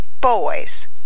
boys